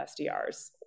SDRs